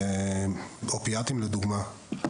באופיאטים לדוגמה,